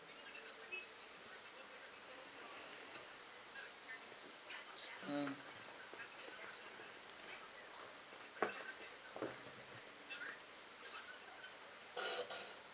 mm